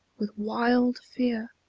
with wild fear,